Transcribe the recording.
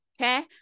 Okay